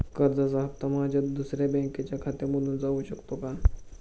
कर्जाचा हप्ता माझ्या दुसऱ्या बँकेच्या खात्यामधून जाऊ शकतो का?